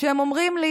והם אומרים לי: